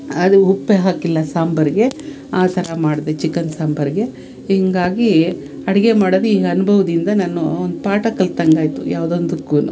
ಅದು ಉಪ್ಪೇ ಹಾಕಿಲ್ಲ ಸಾಂಬಾರ್ಗೆ ಆ ಥರ ಮಾಡಿದೆ ಚಿಕನ್ ಸಾಂಬಾರಿಗೆ ಹಿಂಗಾಗಿ ಅಡುಗೆ ಮಾಡೋದು ಈಗ ಅನುಭವದಿಂದ ನಾನು ಒಂದು ಪಾಠ ಕಲಿತಂಗಾಯ್ತು ಯಾವ್ದೊಂದಕ್ಕೂ